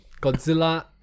Godzilla